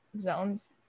zones